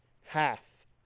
half